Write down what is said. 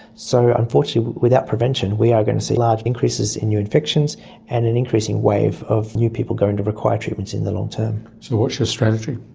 so unfortunately without prevention we are going to see large increases in new infections and an increasing wave of new people going to require treatments in the long term. so what's your strategy?